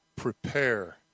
Prepare